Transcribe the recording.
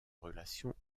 relations